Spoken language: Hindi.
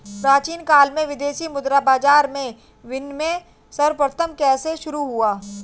प्राचीन काल में विदेशी मुद्रा बाजार में विनिमय सर्वप्रथम कैसे शुरू हुआ?